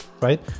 right